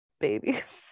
babies